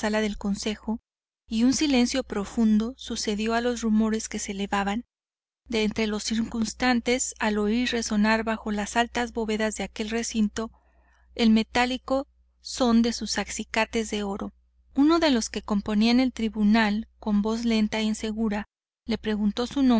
del concejo y un silencio profundo sucedió a los rumores que se elevaran de entre los circunstantes al oír resonar bajo las latas bóvedas de aquel recinto el metálico son de sus acicates de oro uno de los que componían el tribunal con voz lenta e insegura le preguntó su